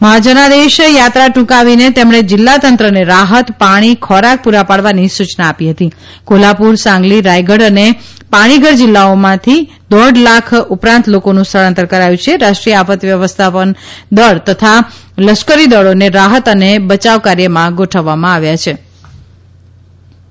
મહાજનાદેશ યાત્રાટ્રંકાવીને તેમણે જલિલાતંત્રન્નોહત પાણી ખોરાક પૂરાં પાડવાની સૂચના આપી હતી કોલ્હાપુર્ર સાંગલી રાયગઢ અને પાણીઘર જલ્લિલાઓમાંતી દોઢ લાખ ઉપરાંત લોકોનું સ્થળાંતરકરાયું છે રાષ્ટ્રીય આફત વ્યવસ્થદળ તથા લશ્કરીદળોને રાહત અને બચાવ કાર્યમાંગોઠવવામાં આવયાંછે